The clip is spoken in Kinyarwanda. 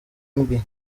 mbi